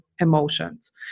emotions